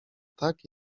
tak